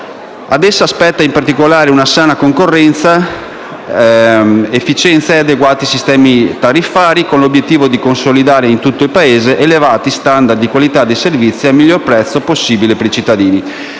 Ad essa spetta, in particolare, promuovere una sana concorrenza, l'efficienza e adeguati sistemi tariffari, con l'obiettivo di consolidare in tutto il Paese elevati *standard* di qualità dei servizi al miglior prezzo possibile per i cittadini.